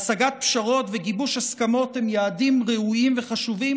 השגת פשרות וגיבוש הסכמות הם יעדים חשובים,